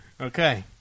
Okay